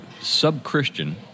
sub-Christian